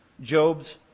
Job's